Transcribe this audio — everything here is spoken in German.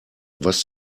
was